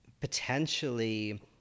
potentially